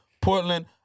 Portland